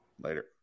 later